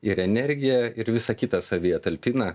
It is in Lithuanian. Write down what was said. ir energiją ir visą kitą savyje talpina